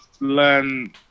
learn